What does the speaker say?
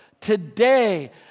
today